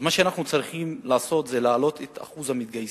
אז מה שאנחנו צריכים לעשות זה להעלות את אחוז המתגייסים,